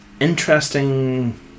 interesting